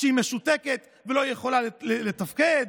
שהיא משותקת ולא יכולה לתפקד?